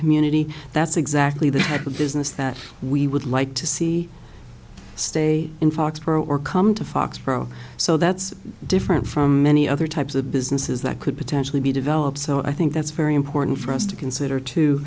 community that's exactly the type of business that we would like to see stay in foxborough or come to foxboro so that's different from many other types of businesses that could potentially be developed so i think that's very important for us to consider too